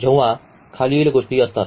जेव्हा खालील गोष्टी असतात